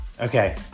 Okay